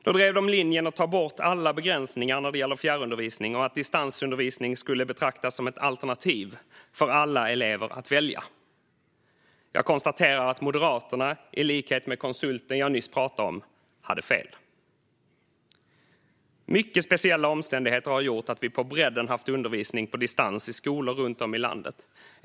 De drev då linjen att ta bort alla begränsningar när det gäller fjärrundervisning och att distansundervisning skulle betraktas som ett alternativ för alla elever att välja. Jag konstaterar att Moderaterna, i likhet med konsulten jag nyss pratade om, hade fel. Mycket speciella omständigheter har gjort att vi på bredden haft undervisning på distans i skolor runt om i landet.